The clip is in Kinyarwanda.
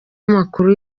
amakuru